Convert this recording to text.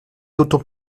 d’autant